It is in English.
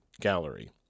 Gallery